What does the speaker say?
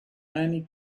many